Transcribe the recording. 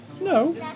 No